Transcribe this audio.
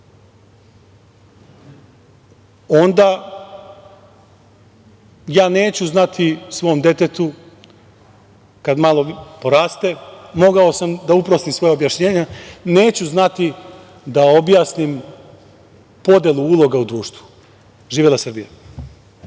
onda ja neću znati svom detetu kada malo poraste, mogao sam da uprostim svoja objašnjenja, da objasnim podelu uloga u društvu. Živela Srbija.